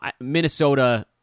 Minnesota